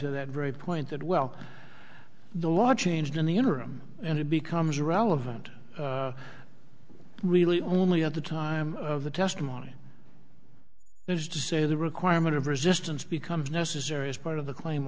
to that very point that well the law changed in the interim and it becomes relevant really only at the time of the testimony is to say the requirement of resistance becomes necessary as part of the cla